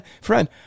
friend